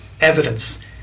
evidence